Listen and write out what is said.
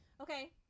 Okay